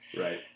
Right